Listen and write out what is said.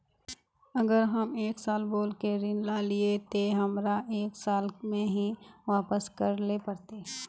अगर हम एक साल बोल के ऋण लालिये ते हमरा एक साल में ही वापस करले पड़ते?